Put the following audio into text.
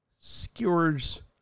skewers